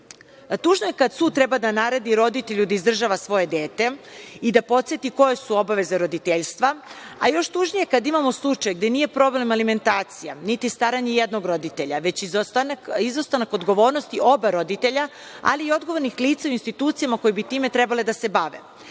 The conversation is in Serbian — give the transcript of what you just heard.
je kada sud treba da naredi roditelju da izdržava svoje dete i da podseti koje su obaveze roditeljstva, a još tužnije kada imamo slučaj gde nije problem alimentacija, niti staranje jednog roditelja, već izostanak odgovornosti oba roditelja, ali i odgovornih lica u institucijama koji bi time trebali da se